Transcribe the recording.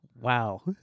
Wow